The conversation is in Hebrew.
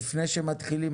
לפני שמתחילים,